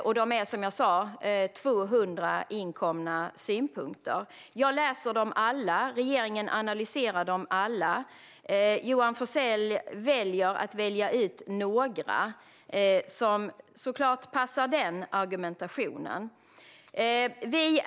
Som jag sa har det inkommit 200 remissynpunkter. Jag läser alla, och regeringen analyserar alla. Johan Forssell väljer ut några som såklart passar hans argumentation.